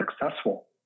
successful